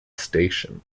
station